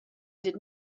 did